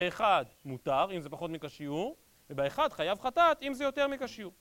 ב-1 מותר אם זה פחות מכשיור, וב-1 חייב חטאת אם זה יותר מכשיור